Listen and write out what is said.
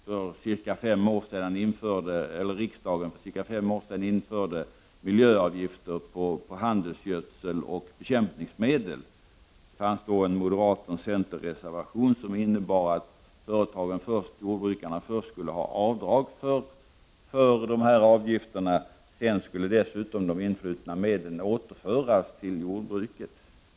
För ungefär fem år sedan införde riksdagen miljöavgifter på handelsgödsel och bekämpningsmedel. Då fanns en moderatoch centerreservation som sade att jordbrukarna först skulle ha avdrag för avgifterna. Sedan skulle dessutom de influtna medlen återföras till jordbrukarna.